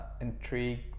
intrigue